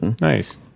Nice